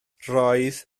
roedd